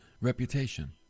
reputation